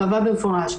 קבע במפורש.